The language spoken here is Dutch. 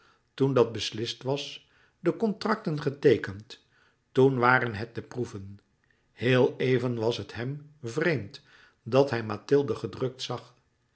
toen dat beslist was de contracten geteekend toen waren het de proeven heel even was het hem vreemd dat hij mathilde gedrukt zag